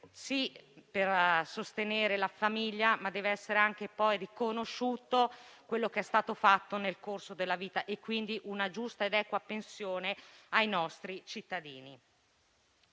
sì, per sostenere la famiglia, ma dev'essere anche riconosciuto quello che è stato fatto nel corso della vita, quindi con una giusta ed equa pensione ai nostri cittadini.